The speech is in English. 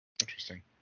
Interesting